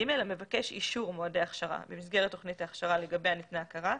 המבקש אישור מועדי הכשרה במסגרת תוכנית הכשרה לגביה ניתנה הכרה,